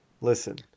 Listen